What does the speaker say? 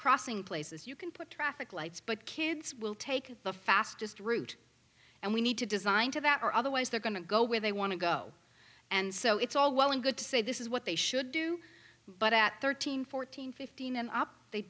crossing places you can put traffic lights but kids will take the fastest route and we need to design to that are otherwise they're going to go where they want to go and so it's all well and good to say this is what they should do but at thirteen fourteen fifteen and up they